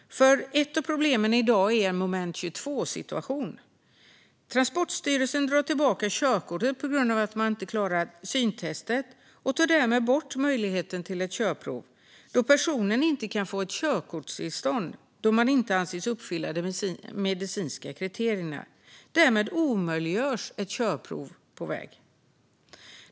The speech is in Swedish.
Ett av problemen i dag är nämligen en moment 22-situation. Transportstyrelsen drar tillbaka körkortet på grund av att man inte klarar syntestet och tar därmed bort möjligheten till ett körprov då man inte kan få ett körkortstillstånd om man inte anses uppfylla de medicinska kriterierna. Därmed omöjliggörs ett körprov på väg.